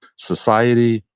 society,